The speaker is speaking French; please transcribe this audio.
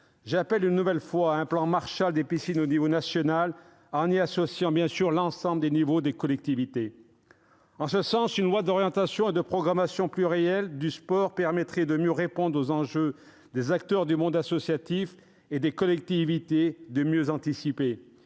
appelle, une nouvelle fois, à un plan Marshall des piscines à l'échelon national, auquel seraient bien sûr associées l'ensemble des collectivités. En ce sens, une loi d'orientation et de programmation pluriannuelle du sport permettrait de mieux répondre aux enjeux des acteurs du monde associatif et des collectivités, de mieux les anticiper.